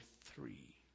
three